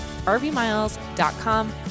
rvmiles.com